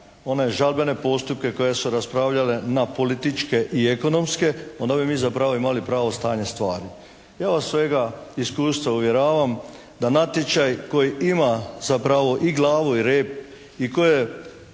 one žalbene postupke koje su raspravljale na političke i ekonomske, onda bi mi zapravo imali pravo stanje stvari. Ja iz svojega iskustva uvjeravam da natječaj koji ima zapravo i glavu i rep, i koje